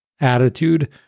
attitude